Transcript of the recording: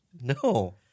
No